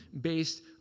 based